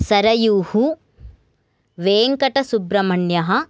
सरयूः वेङ्कटसुब्रमण्यः